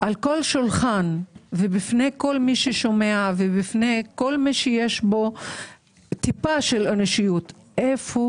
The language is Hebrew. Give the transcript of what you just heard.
על כל שולחן ובפני כל מי ששומע ויש בו טיפת אנושיות איפה